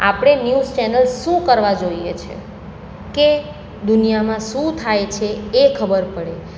આપણે news channels શું કરવા જોઈએ છે કે દુનિયામાં શું થાય છે એ ખબર પડે